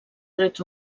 drets